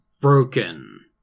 broken